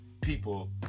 people